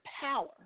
power